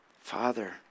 Father